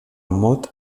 mot